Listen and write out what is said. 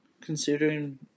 Considering